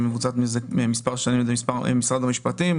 מבוצעת מספר שנים עם משרד המשפטים.